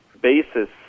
basis